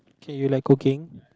K you like cooking